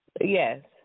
Yes